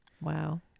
Wow